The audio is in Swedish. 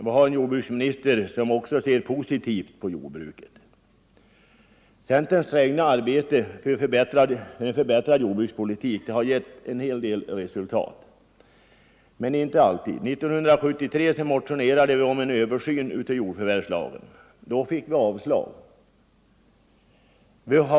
Vi har en jordbruksminister som ser positivt på jordbruket. Centerns trägna arbete för en förbättrad jordbrukspolitik har ofta givit resultat men inte alltid. 1973 motionerade vi om en översyn av jordförvärvslagen. Riksdagen avslog den motionen.